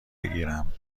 بگیرم